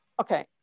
okay